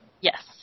Yes